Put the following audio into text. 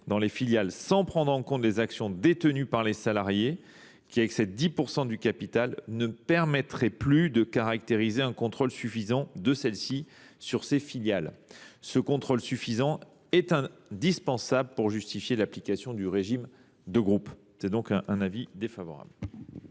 dans les filiales sans prendre en compte les actions détenues par les salariés excédant 10 % du capital ne permettrait plus de caractériser un contrôle suffisant de celle ci sur ses filiales. Ce contrôle suffisant est indispensable pour justifier l’application du régime de groupe. Avis défavorable.